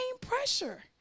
pressure